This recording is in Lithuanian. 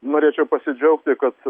norėčiau pasidžiaugti kad